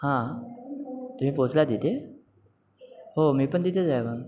हां तुम्ही पोहोचला तिथे हो मी पण तिथेच आहे मग